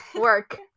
work